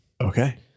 Okay